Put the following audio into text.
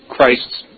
Christ's